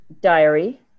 diary